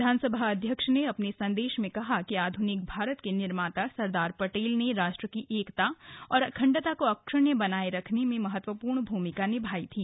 विधानसभा अध्यक्ष ने अपने संदेश में कहा कि आधुनिक भारत के निर्माता सरदार पटेल ने राष्ट्र की एकता और अखण्डता को अक्ष्णण बनाये रखने में महत्वपूर्ण भूमिका निभाई थी